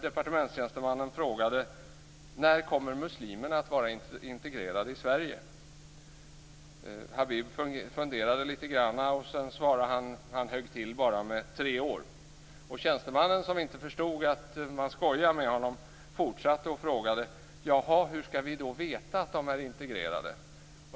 Denne frågade: När kommer muslimerna att vara integrerade i Sverige? Habib funderade lite grann och högg till: Om tre år. Tjänstemannen förstod inte att Habib skojade utan fortsatte att fråga: Hur skall vi veta att de är integrerade?